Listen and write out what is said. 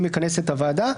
מי מכנס את הוועדה.